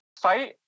Fight